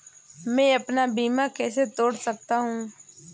मैं अपना बीमा कैसे तोड़ सकता हूँ?